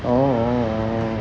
orh